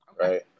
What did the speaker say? Right